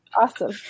Awesome